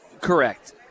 Correct